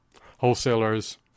wholesalers